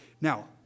Now